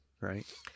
right